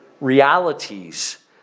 realities